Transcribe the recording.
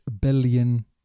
billion